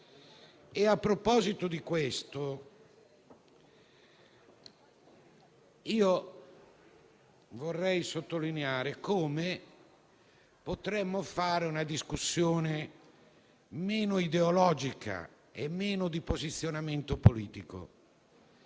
proposito, vorrei sottolineare che potremmo fare una discussione meno ideologica e meno di posizionamento politico,